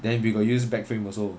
then we got use back frame also